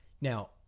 Now